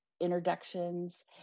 introductions